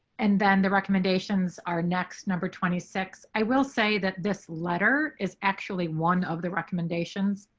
and then the recommendations are next number twenty six i will say that this letter is actually one of the recommendations.